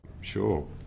Sure